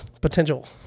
potential